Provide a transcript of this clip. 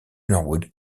norwood